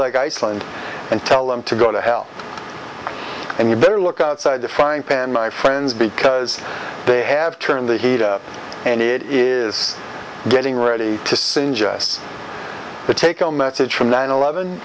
like iceland and tell him to go to hell and you better look outside the frying pan my friends because they have turned the heat up and it is getting ready to sing just to take a message from nine eleven